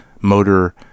motor